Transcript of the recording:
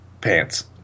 pants